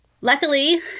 Luckily